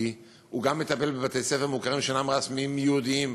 כי הוא גם מטפל בבתי-ספר מוכרים שאינם רשמיים יהודיים,